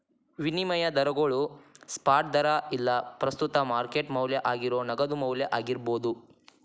ವಿನಿಮಯ ದರಗೋಳು ಸ್ಪಾಟ್ ದರಾ ಇಲ್ಲಾ ಪ್ರಸ್ತುತ ಮಾರ್ಕೆಟ್ ಮೌಲ್ಯ ಆಗೇರೋ ನಗದು ಮೌಲ್ಯ ಆಗಿರ್ಬೋದು